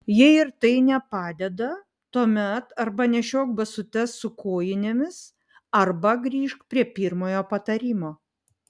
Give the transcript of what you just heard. jei ir tai nepadeda tuomet arba nešiok basutes su kojinėmis arba grįžk prie pirmojo patarimo